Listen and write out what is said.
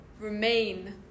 remain